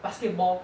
basketball